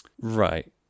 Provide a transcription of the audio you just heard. Right